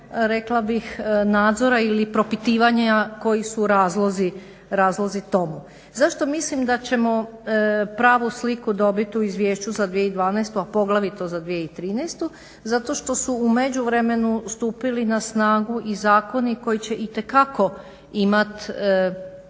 stalnog nadzora ili propitivanja koji su razlozi tomu. Zašto mislim da ćemo pravu sliku dobiti u izvješću za 2012., a poglavito za 2013.? Zato što su u međuvremenu stupili na snagu i zakoni koji će itekako imati